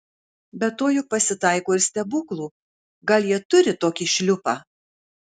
be to juk pasitaiko ir stebuklų gal jie turi tokį šliupą